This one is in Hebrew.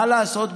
מה לעשות,